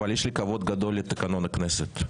אבל יש לי כבוד גדול לתקנון הכנסת.